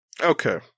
okay